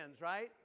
right